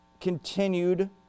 continued